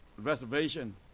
Reservation